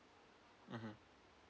mmhmm